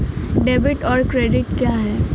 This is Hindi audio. डेबिट और क्रेडिट क्या है?